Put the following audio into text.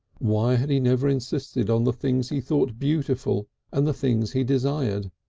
why had he never insisted on the things he thought beautiful and the things he desired,